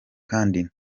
kandi